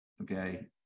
okay